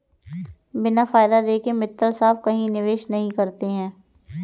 बिना फायदा देखे मित्तल साहब कहीं निवेश नहीं करते हैं